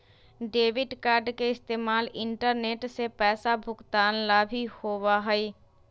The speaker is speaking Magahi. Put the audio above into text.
डेबिट कार्ड के इस्तेमाल इंटरनेट से पैसा भुगतान ला भी होबा हई